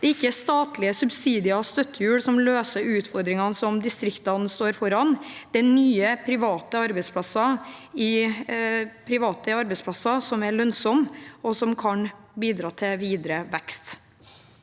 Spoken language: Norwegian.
Det er ikke statlige subsidier og støttehjul som løser utfordringene distriktene står foran. Det er nye private arbeidsplasser som er lønnsomme og kan bidra til videre vekst.